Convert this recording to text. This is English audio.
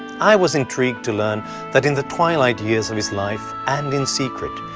i was intrigued to learn that in the twilight years of his life and in secret,